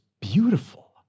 beautiful